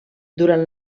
durant